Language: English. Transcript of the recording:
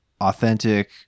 authentic